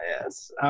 Yes